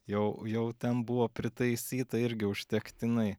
jau jau ten buvo pritaisyta irgi užtektinai